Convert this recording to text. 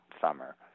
summer